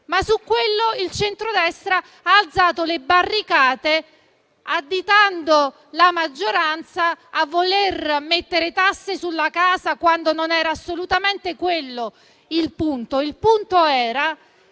Ma su questo punto il centrodestra ha alzato le barricate, accusando la maggioranza di voler mettere tasse sulla casa, quando non era assolutamente quello il punto. Il punto era: